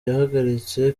yahagaritse